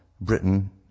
Britain